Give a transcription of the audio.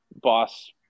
boss